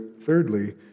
Thirdly